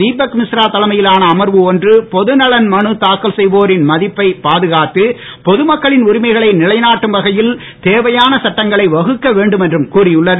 தீபக் மிஸ்ரா தலைமையிலான அமர்வு ஒன்று பொதுநலன் மனு தாக்கல் செய்வோரின் மதிப்பை பாதுகாத்து பொதுமக்களின் உரிமைகளை நிலைநாட்டும் வகையில் தேவையான சட்டங்களை வகுக்க வேண்டும் என்றும் கூறியுள்ளது